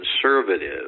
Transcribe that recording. conservative